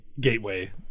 gateway